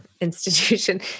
institution